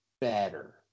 better